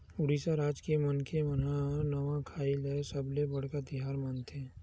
उड़ीसा राज के मनखे मन ह नवाखाई ल सबले बड़का तिहार मानथे